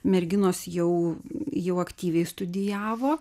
merginos jau jau aktyviai studijavo